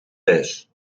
thuis